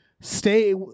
stay